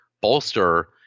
bolster